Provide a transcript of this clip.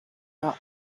not